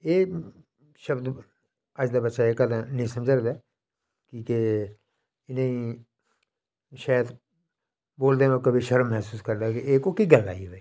एह् शब्द अज्ज दा बच्चा कदें निं समझदा की के इ'नेंगी शैद बोलदे मौके बी शर्म मसूस करदा कि एह् कोह्की गल्ल आई ऐ भाई